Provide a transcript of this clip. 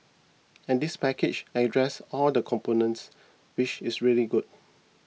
and this package addresses all the components which is really good